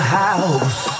house